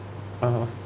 (uh huh)